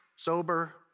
Sober